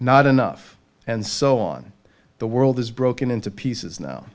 not enough and so on the world is broken into pieces now